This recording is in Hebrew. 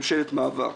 ממשלת מעבר.